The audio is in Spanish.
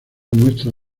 muestra